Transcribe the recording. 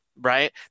right